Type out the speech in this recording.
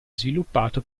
sviluppato